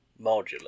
Modular